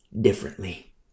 differently